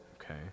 okay